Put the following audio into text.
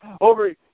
over